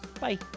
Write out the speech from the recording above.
Bye